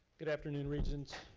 good afternoon regents.